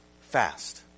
Fast